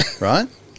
right